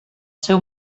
seu